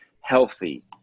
healthy